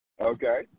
Okay